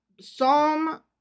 Psalm